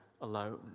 alone